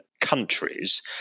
countries